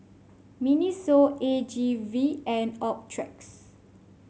Miniso A G V and Optrex